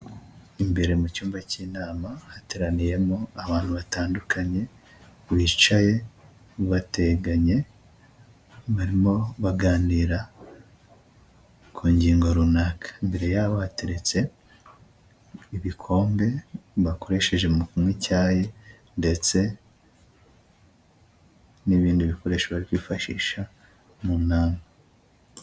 Imbere mu cyumba cy'inama, hateraniyemo abantu batandukanye, bicaye bateganye barimo baganira ku ngingo runaka, imbere yabo hateretse ibikombe bakoresheje mu kunywa icyayi ndetse n'ibindi bikoresho barikwiifashisha mu nama.